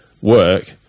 work